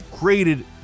created